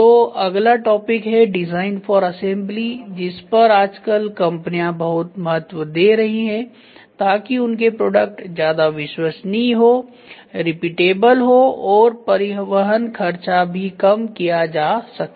तो अगला टॉपिक है डिजाइन फॉर असेंबली जिस पर आजकल कंपनियां बहुत महत्व दे रही है ताकि उनके प्रोडक्ट ज्यादा विश्वसनीय हो रिपीटेबल हो और परिवहन खर्चा भी कम किया जा सके